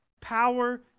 power